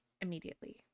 immediately